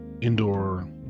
indoor